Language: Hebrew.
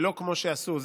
ולא כמו שעשו,